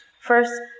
First